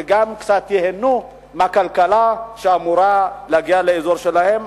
שקצת ייהנו גם הם מהכלכלה שאמורה להגיע לאזור שלהם.